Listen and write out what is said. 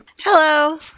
hello